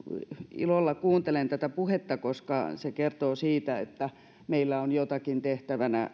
ilolla kuuntelen tätä puhetta koska se kertoo siitä että meillä on jotakin tehtävänä